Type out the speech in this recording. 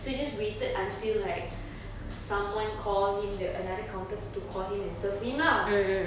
so we just waited until like someone call him the another counter to call him and serve him lah